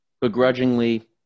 Begrudgingly